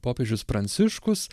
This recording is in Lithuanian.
popiežius pranciškus